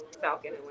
Falcon